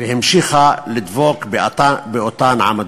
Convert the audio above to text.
והמשיכה לדבוק באותן עמדות,